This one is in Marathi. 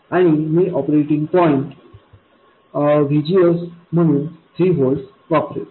आणि मी ऑपरेटिंग पॉईंट VGSम्हणून 3 व्होल्ट्स वापरेन